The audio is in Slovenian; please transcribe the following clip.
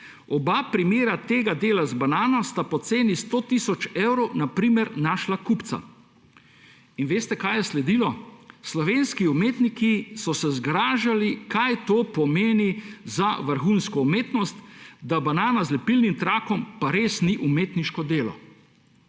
Oba primera tega dela z banano sta po ceni 100 tisoč evrov, na primer, našla kupca. Veste, kaj je sledilo? Slovenski umetniki so se zgražali, kaj to pomeni za vrhunsko umetnost, da banana z lepilnim trakom pa res ni umetniško delo.